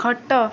ଖଟ